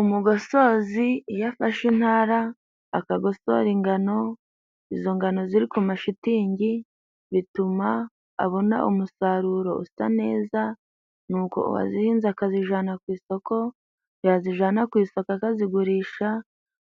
Umugosozi iyo afashe intara akagosora ingano, izo ngano ziri ku mashitingi bituma abona umusaruro usa neza ni uko uwazihinze akazijana ku isoko ,yazijana ku isoka akazigurisha,